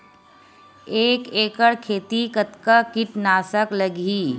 एक एकड़ खेती कतका किट नाशक लगही?